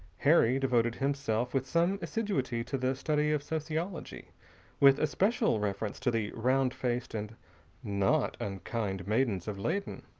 harry devoted himself with some assiduity to the study of sociology with especial reference to the round-faced and not unkind maidens of leyden.